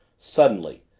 suddenly,